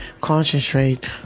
concentrate